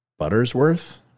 Buttersworth